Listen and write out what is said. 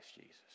Jesus